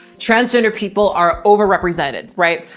transgender people are overrepresented, right?